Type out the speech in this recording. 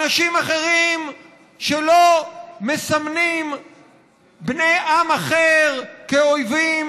אנשים אחרים שלא מסמלים בני עם אחר כאויבים,